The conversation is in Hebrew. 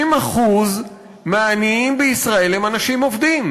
60% מהעניים בישראל הם אנשים עובדים,